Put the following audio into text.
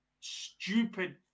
stupid